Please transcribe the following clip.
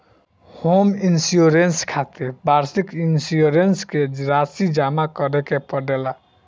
home insurance खातिर वार्षिक insurance के राशि जामा करे के पड़ेला